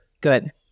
Good